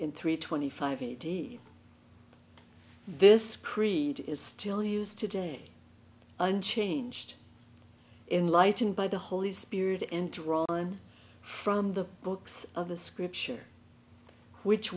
in three twenty five eighty this creed is still used today unchanged in lightened by the holy spirit and drawn from the books of the scripture which